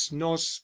nos